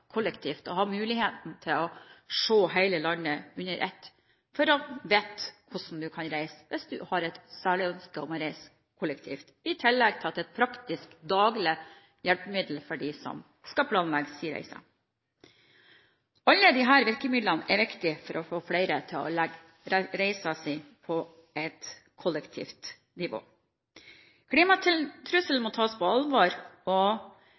kollektivreisene og ha muligheten til å se hele landet under ett for å vite hvordan man kan reise hvis man har et særlig ønske om å reise kollektivt. I tillegg er det et praktisk, daglig hjelpemiddel for dem som skal planlegge reisen sin. Alle disse virkemidlene er viktige for å få flere til å legge reisen sin på et kollektivt nivå. Klimatrusselen må tas på alvor, og